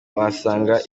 wasanga